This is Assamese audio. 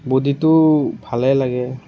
বডিটো ভালেই লাগে